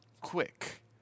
quick